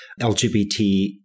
LGBT